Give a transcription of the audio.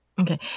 Okay